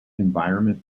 environment